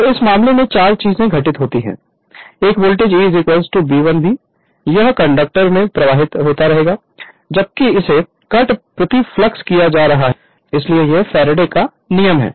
Refer Slide Time 0224 तो इस मामले में 4 चीजें घटित होंगी एक voltage E B l V यह कंडक्टर में प्रेरित होता है जबकि इसे कट फ्लक्स किया जा रहा है इसलिए यह फैराडे का नियम है